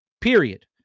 period